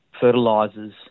fertilizers